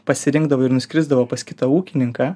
pasirinkdavo ir nuskrisdavo pas kitą ūkininką